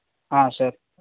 sir